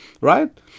right